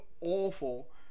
awful